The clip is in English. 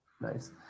Nice